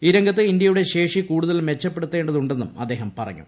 ഈ രംഗത്ത് ഇന്ത്യയുടെ ശേഷി കൂടുതൽ മെച്ചപ്പെടുത്തേണ്ടതുണ്ടെന്നും അദ്ദേഹം പറഞ്ഞു